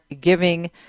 giving